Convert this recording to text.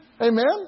Amen